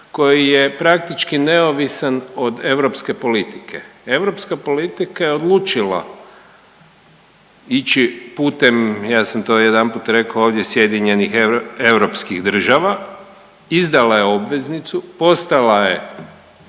koji je praktički neovisan od europske politike. Europska politika je odlučila ići putem, ja sam to jedanput rekao ovdje, sjedinjenih europskih država, izdala je obveznicu, postala je